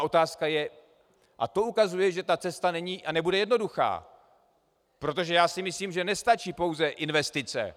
Otázka je a to ukazuje, že ta cesta není a nebude jednoduchá, protože já si myslím, že nestačí pouze investice.